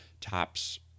tops